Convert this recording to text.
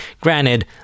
Granted